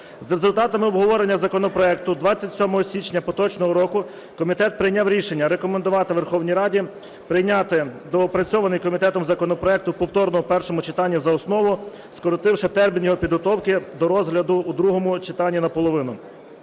За результатами обговорення законопроекту 27 січня поточного року комітет прийняв рішення рекомендувати Верховній Раді прийняти доопрацьований комітетом законопроект у повторному першому читанні за основу, скоротивши термін його підготовки до розгляду у другому читанні наполовину.